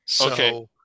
Okay